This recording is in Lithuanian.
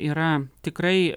yra tikrai